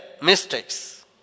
mistakes